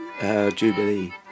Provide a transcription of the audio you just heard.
jubilee